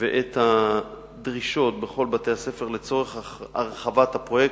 ואת הדרישות בכל בתי-הספר לצורך הרחבת הפרויקט,